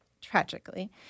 tragically